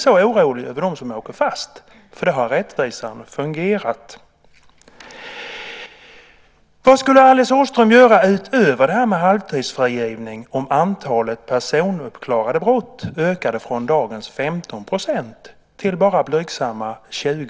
Så häng på här nu i stället så tar vi ansvaret. Sedan ska jag försöka att få med också de andra borgerliga partierna så att vi kan ta över, och det kan vi väl göra i dag.